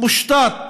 מושתת